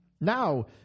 Now